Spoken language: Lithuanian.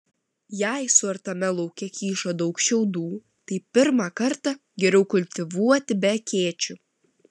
jei suartame lauke kyšo daug šiaudų tai pirmą kartą geriau kultivuoti be akėčių